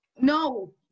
no